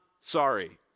sorry